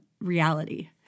reality